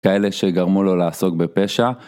כאלה שגרמו לו לעסוק בפשע.